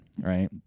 right